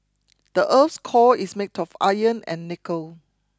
the earth's core is made of iron and nickel